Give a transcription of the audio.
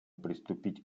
приступить